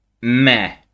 meh